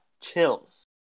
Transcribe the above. chills